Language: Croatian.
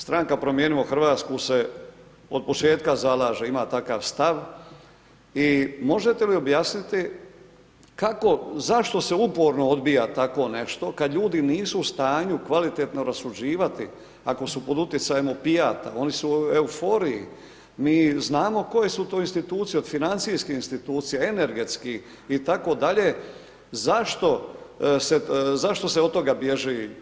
Stranka promijenimo Hrvatsku se od početka zalaže, ima takav stav, i možete li objasniti kako, zašto se uporno odbija takvo nešto kad ljudi nisu u stanju kvalitetno rasuđivati, ako su pod utjecajem opijata, oni su u euforiji, mi znamo koje su to institucije, od financijskih institucija, energetskih i tako dalje, zašto se, zašto se od toga bježi?